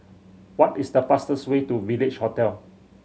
what is the fastest way to Village Hotel